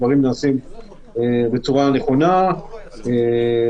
הדברים נעשים בצורה נכונה וטובה.